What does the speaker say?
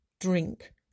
drink